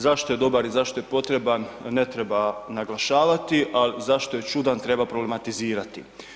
Zašto je dobar i zašto je potreban, ne treba naglašavati, a zašto je čudan treba problematizirati.